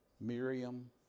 Miriam